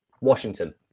Washington